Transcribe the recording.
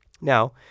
Now